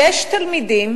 יש תלמידים